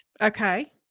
Okay